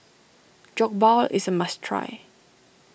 Jokbal is a must try